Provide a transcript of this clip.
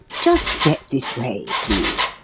just step this way, please.